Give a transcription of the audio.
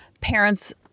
parents